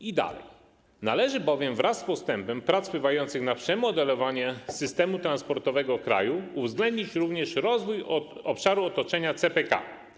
I dalej: Należy bowiem wraz z postępem prac wpływających na przemodelowanie systemu transportowego kraju uwzględnić również rozwój obszaru otoczenia CPK.